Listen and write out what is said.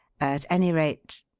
at any rate